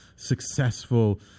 successful